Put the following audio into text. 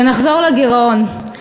ונחזור לגירעון.